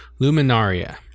Luminaria